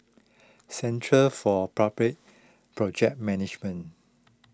Centre for Public Project Management